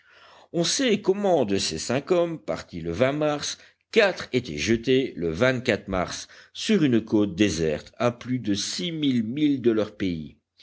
on sait comment de ces cinq hommes partis le mars quatre étaient jetés le mars sur une côte déserte à plus de six mille milles de leur pays